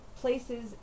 places